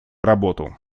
работу